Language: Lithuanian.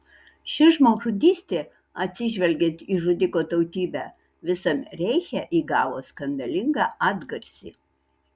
ši žmogžudystė atsižvelgiant į žudiko tautybę visame reiche įgavo skandalingą atgarsį